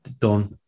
done